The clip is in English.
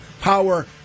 Power